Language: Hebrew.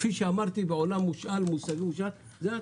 כפי שאמרתי בהשאלה על